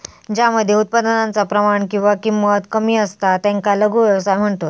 ज्या मध्ये उत्पादनाचा प्रमाण किंवा किंमत कमी असता त्याका लघु व्यवसाय म्हणतत